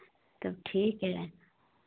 तो ठीक है